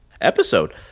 episode